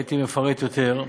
הייתי מפרט יותר,